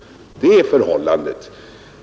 Det är förhållandet.